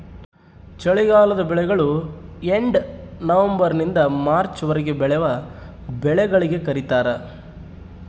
ಚಳಿಗಾಲದ ಬೆಳೆಗಳು ಎಂದನವಂಬರ್ ನಿಂದ ಮಾರ್ಚ್ ವರೆಗೆ ಬೆಳೆವ ಬೆಳೆಗಳಿಗೆ ಕರೀತಾರ